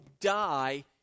die